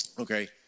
Okay